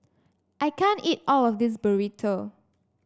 I can't eat all of this Burrito